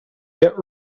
get